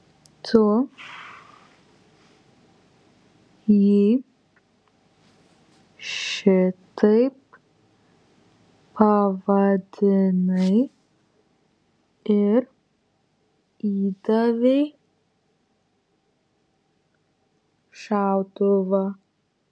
tu jį šitaip pavadinai ir įdavei šautuvą